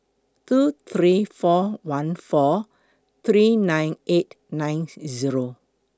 two three four one four three nine eight nine Zero